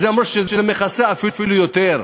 אז הם אמרו שזה מכסה אפילו יותר.